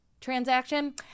transaction